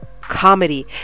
comedy